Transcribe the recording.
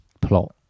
plot